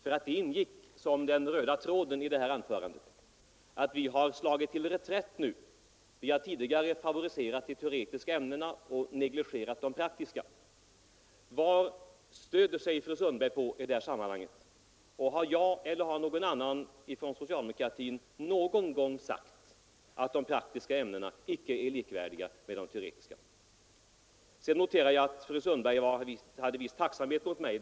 Det var nämligen den röda tråden i fru Sundbergs anförande att vi nu slagit till reträtt. Vi skulle tidigare ha favoriserat de teoretiska ämnena och negligerat de praktiska. Vad stöder sig fru Sundberg på i detta sammanhang? Har jag eller någon annan inom socialdemokratin någon gång sagt att de praktiska ämnena icke är likvärdiga med de teoretiska? Vidare noterade jag att fru Sundberg stod i viss tacksamhetsskuld till mig.